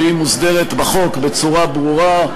שהיא מוסדרת בחוק בצורה ברורה.